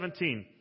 17